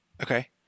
Okay